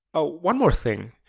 oh one more thing.